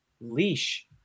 leash